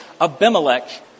Abimelech